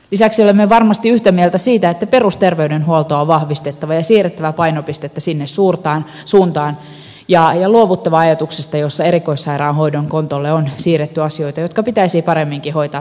lisäksi olemme varmasti yhtä mieltä siitä että perusterveydenhuoltoa on vahvistettava ja siirrettävä painopistettä sinne suuntaan ja luovuttava ajatuksesta jossa erikoissairaanhoidon kontolle on siirretty asioita jotka pitäisi paremminkin hoitaa perusterveydenhuollossa